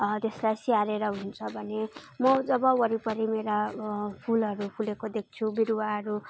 त्यसलाई स्याहारेर हुन्छ भने म जब वरिपरि मेरा फुलहरू फुलेको देख्छु बिरुवाहरू